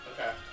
Okay